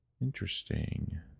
Interesting